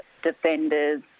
defenders